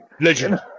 Legend